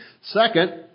Second